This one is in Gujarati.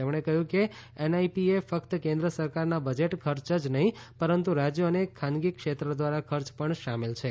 તેમણે કહ્યું કે એનઆઈપી એ ફક્ત કેન્દ્ર સરકારના બજેટ ખર્ચ જ નહીં પરંતુ રાજ્યો અને ખાનગી ક્ષેત્ર દ્વારા ખર્ચ પણ શામેલ છે